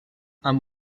amb